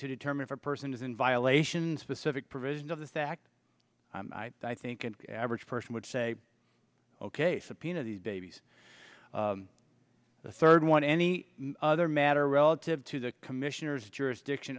to determine if a person is in violation specific provision of this act i think an average person would say ok subpoena these babies the third one any other matter relative to the commissioner's jurisdiction